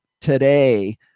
today